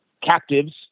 captives